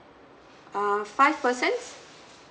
um five person